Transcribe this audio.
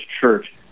Church